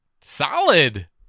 Solid